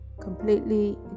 completely